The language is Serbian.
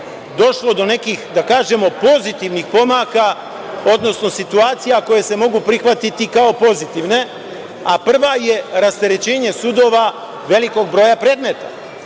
došlo do nekih, da kažemo pozitivnih pomaka, odnosno situacija koje se mogu prihvatiti kao pozitivne, a prva je rasterećenje sudova velikog broja predmeta,